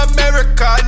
America